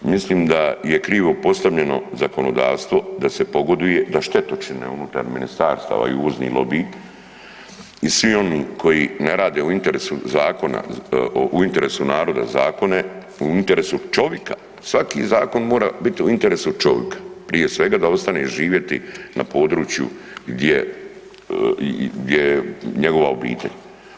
Mislim da je krivo postavljeno zakonodavstvo da se pogoduje, da štetočine unutar ministarstava i uvozni lobiji i svi oni koji ne rade u interesu zakona, u interesu naroda zakone, u interesu čovika, svaki zakon mora biti u interesu čovika prije svega da ostane živjeti na području gdje, gdje je njegova obitelj.